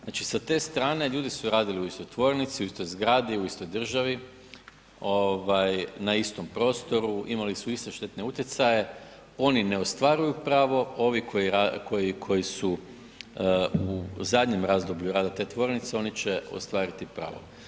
Znači, sa te strane ljudi su radili u istoj tvornici, u istoj zgradi, u istoj državi, ovaj na istom prostoru, imali su iste štetne utjecaje, oni ne ostvaruju pravo, ovi koji su u zadnjem razdoblju rada te tvornice oni će ostvariti pravo.